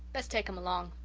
best take them along.